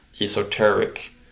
esoteric